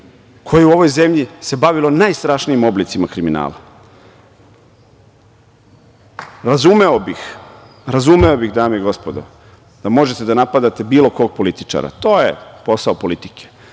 koje se u ovoj zemlji bavilo najstrašnijim oblicima kriminala. Razumeo bih, dame i gospodo, da možete da napadate bilo kog političara, to je posao politike,